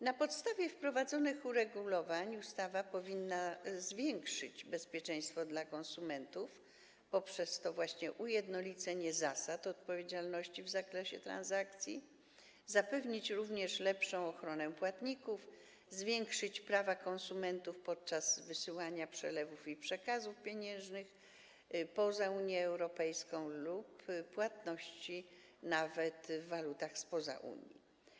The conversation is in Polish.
Na podstawie wprowadzonych uregulowań ustawa powinna zwiększyć bezpieczeństwo konsumentów właśnie poprzez to ujednolicenie zasad odpowiedzialności w zakresie transakcji, jak również zapewnić lepszą ochronę płatników, zwiększyć prawa konsumentów podczas wysyłania przelewów i przekazów pieniężnych poza Unię Europejską lub płatności nawet w walutach spoza Unii.